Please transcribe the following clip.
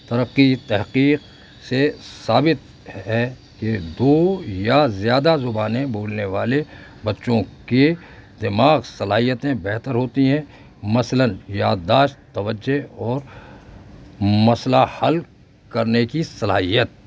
ترقی تحقیق سے ثابت ہے کہ دو یا زیادہ زبانیں بولنے والے بچوں کے دماغ صلاحیتیں بہتر ہوتی ہیں مثلاً یاداشت توجہ اور مسئلہ حل کرنے کی صلاحیت